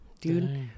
Dude